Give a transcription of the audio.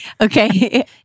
Okay